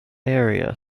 area